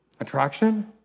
attraction